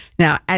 Now